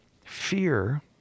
fear